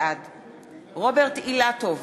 בעד רוברט אילטוב,